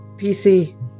PC